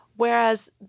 Whereas